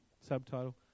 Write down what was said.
subtitle